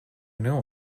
know